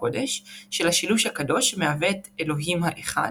הקודש – של השילוש הקדוש שמהווה את אלוהים האחד,